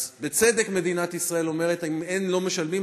אז בצדק מדינת ישראל אומרת: אם הם לא משלמים,